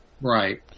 Right